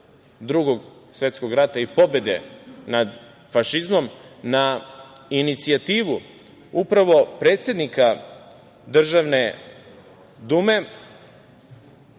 Drugog svetskog rata i pobede nad fašizmom, na inicijativu upravo predsednika Državne dume,